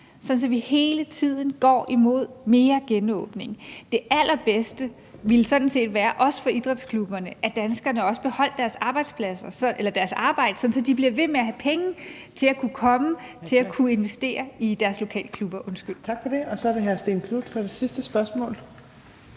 at vi hele tiden går mod mere genåbning. Det allerbedste ville sådan set være – også for idrætsklubberne – at danskerne også beholdt deres arbejde, så de bliver ved med at have penge til at kunne komme og investere i deres lokale klubber. Kl. 19:01 Fjerde næstformand (Trine Torp):